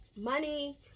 money